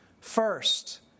First